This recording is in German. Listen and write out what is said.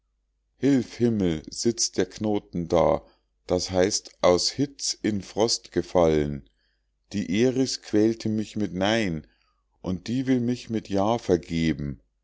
hilf himmel sitzt der knoten da das heißt aus hitz in frost gefallen die eris quälte mich mit nein und die will mich mit ja vergeben